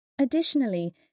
Additionally